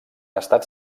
estat